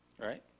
right